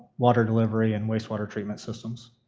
water delivery and waste water treatment systems.